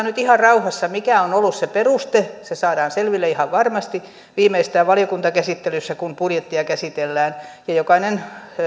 nyt ihan rauhassa mikä on ollut se peruste se saadaan selville ihan varmasti viimeistään valiokuntakäsittelyssä kun budjettia käsitellään ja liikenne ja